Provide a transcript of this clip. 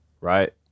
right